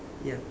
ya